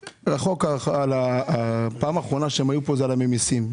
בפעם האחרונה שהם היו פה זה היה כשדנו על הממסים.